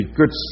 good